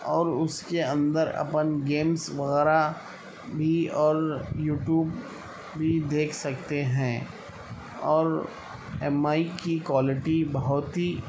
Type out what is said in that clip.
اور اس کے اندر اپن گیمس وغیرہ بھی اور یوٹیوب بھی دیکھ سکتے ہیں اور ایم آئی کی کوالٹی بہت ہی